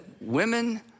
women